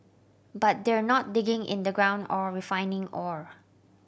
but they're not digging in the ground or refining ore